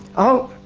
oh,